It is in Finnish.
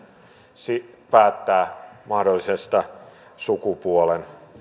päättää mahdollisesta sukupuolen